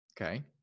Okay